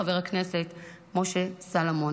לחבר הכנסת משה סולומון.